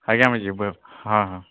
ଆଜ୍ଞା ଆମେ ଯିବୁ ଆଉ ହଁ ହଁ